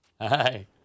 Hi